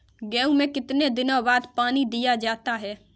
गेहूँ में कितने दिनों बाद पानी दिया जाता है?